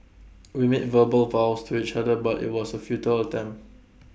we made verbal vows to each other but IT was A futile attempt